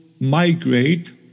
migrate